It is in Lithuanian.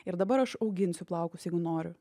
ir dabar aš auginsiu plaukus jeigu noriu